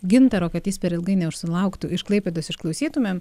gintaro kad jis per ilgai neužsilauktų iš klaipėdos išklausytumėm